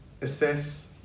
assess